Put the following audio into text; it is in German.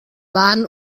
waren